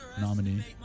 nominee